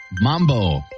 Mambo